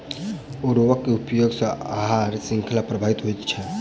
उर्वरक के उपयोग सॅ आहार शृंखला प्रभावित होइत छै